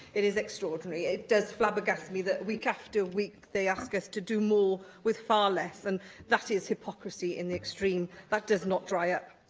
it is extraordinary. it does flabbergast me that, week after week, they ask us to do more with far less, and that is hypocrisy in the extreme that does not dry up.